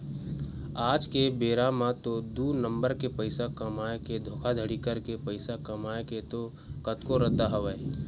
आज के बेरा म तो दू नंबर के पइसा कमाए के धोखाघड़ी करके पइसा कमाए के तो कतको रद्दा हवय